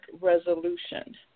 resolution